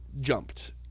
jumped